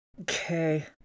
Okay